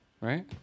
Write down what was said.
right